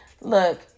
look